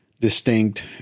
distinct